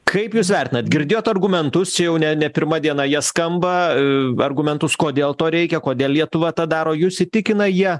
kaip jūs vertinat girdėjot argumentus čia jau ne ne pirma diena jie skamba argumentus kodėl to reikia kodėl lietuva tą daro jus įtikina jie